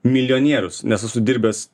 milijonierius nes esu dirbęs